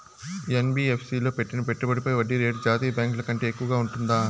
NBFC లో పెట్టిన పెట్టుబడి పై వడ్డీ రేటు జాతీయ బ్యాంకు ల కంటే ఎక్కువగా ఉంటుందా?